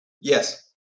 Yes